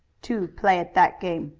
two play at that game,